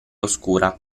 oscura